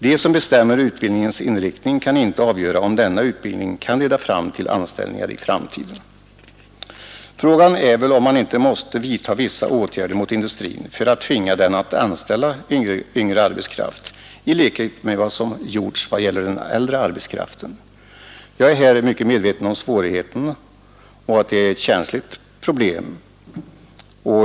De som bestämmer utbildningens inriktning kan inte avgöra, om denna utbildning kan leda fram till anställningar i framtiden. Frågan är väl om man inte måste vidta vissa åtgärder mot industrin för att tvinga den att anställa yngre arbetskraft, i likhet med vad som gjorts vad det gäller den äldre arbetskraften. Jag är medveten om svårigheterna och att det är ett känsligt problem.